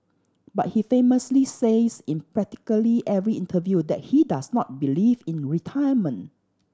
but he famously says in practically every interview that he does not believe in retirement